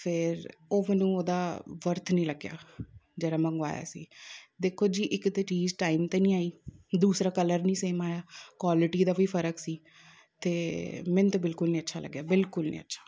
ਫਿਰ ਉਹਨੂੰ ਉਹਦਾ ਬਰਥ ਨਹੀਂ ਲੱਗਿਆ ਜਿਹੜਾ ਮੰਗਵਾਇਆ ਸੀ ਦੇਖੋ ਜੀ ਇੱਕ ਤਾਂ ਚੀਜ਼ ਟਾਈਮ 'ਤੇ ਨਹੀਂ ਆਈ ਦੂਸਰਾ ਕਲਰ ਨਹੀਂ ਸੇਮ ਆਇਆ ਕੁਆਲਿਟੀ ਦਾ ਵੀ ਫ਼ਰਕ ਸੀ ਅਤੇ ਮੈਨੂੰ ਤਾਂ ਬਿਲਕੁਲ ਨਹੀਂ ਅੱਛਾ ਲੱਗਿਆ ਬਿਲਕੁਲ ਨਹੀਂ ਅੱਛਾ